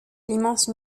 l’immense